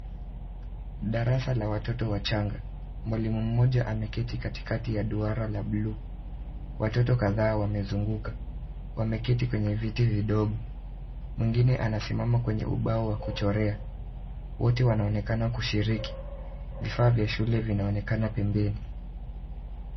Darasa la watoto wachanga, mwalimu mmoja ameketi karibu na duara la bluu, watoto kadhaa wamezunguka wameketi kwenye viti vidogo, mwingine anasimama kwenye ubao wa kuchorea wote wanaonekana kushiriki. Vifaa vya shule vina onekana pembeni.